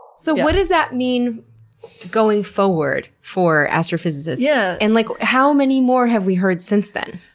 so what does that mean going forward for astrophysicists? yeah and like how many more have we heard since then?